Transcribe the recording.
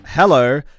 hello